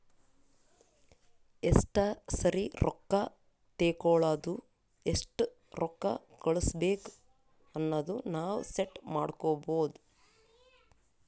ಎಸ್ಟ ಸರಿ ರೊಕ್ಕಾ ತೇಕೊಳದು ಎಸ್ಟ್ ರೊಕ್ಕಾ ಕಳುಸ್ಬೇಕ್ ಅನದು ನಾವ್ ಸೆಟ್ ಮಾಡ್ಕೊಬೋದು